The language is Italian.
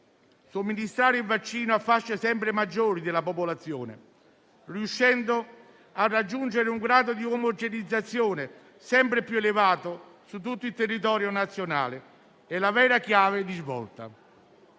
Somministrare il vaccino a fasce sempre maggiori della popolazione, riuscendo a raggiungere un grado di omogeneizzazione sempre più elevato su tutto il territorio nazionale, è la vera chiave di svolta.